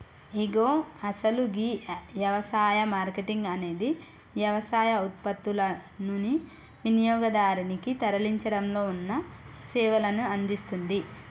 ఇగో అసలు గీ యవసాయ మార్కేటింగ్ అనేది యవసాయ ఉత్పత్తులనుని వినియోగదారునికి తరలించడంలో ఉన్న సేవలను అందిస్తుంది